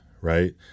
right